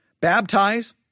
baptize